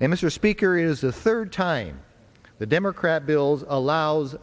and mr speaker is the third time the democrat bills allows